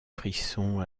frissons